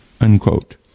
Unquote